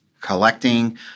collecting